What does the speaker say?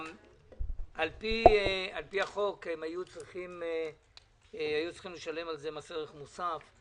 לפי החוק, היו צריכים לשלם על זה מס ערך מוסף,